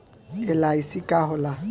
LIC का होला?